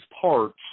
parts